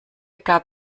gab